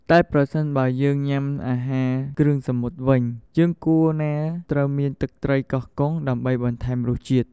តែប្រសិនបើយើងញុាំអាហារគ្រឿងសមុទ្រវិញ យើងគួរណាត្រូវមានទឹកត្រីកោះកុងដើម្បីបន្ថែមរសជាតិ។